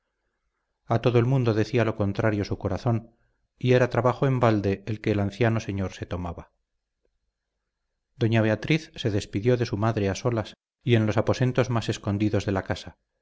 a todo el mundo decía lo contrario su corazón y era trabajo en balde el que el anciano señor se tomaba doña beatriz se despidió de su madre a solas y en los aposentos más escondidos de la casa